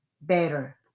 better